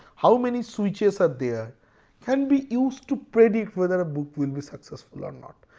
how many switches are there can be used to predict whether a book will be successful or not.